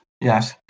Yes